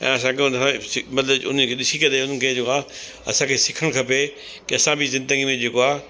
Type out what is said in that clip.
ऐं असांखे उन सां मतिलबु उनखे ॾिसी करे उन्हनि खे जेको आहे असांखे सिखणु खपे कि असां बि ज़िंदगी में जेको आहे